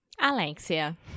Alexia